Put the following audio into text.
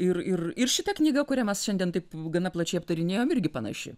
ir ir ir šita knyga kurią mes šiandien taip gana plačiai aptarinėjom irgi panaši